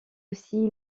aussi